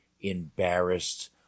embarrassed